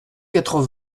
quatre